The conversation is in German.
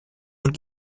und